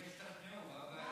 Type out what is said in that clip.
החבר'ה השתכנעו, מה הבעיה?